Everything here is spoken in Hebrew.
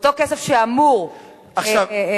אותו כסף שאמור לשפץ להם את הבתים.